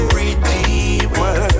redeemer